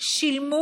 שילמו